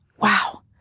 wow